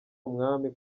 umwami